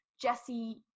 Jesse